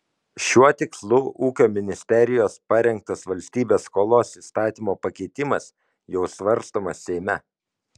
šiuo tikslu ūkio ministerijos parengtas valstybės skolos įstatymo pakeitimas jau svarstomas seime